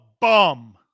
bum